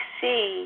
see